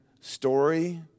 story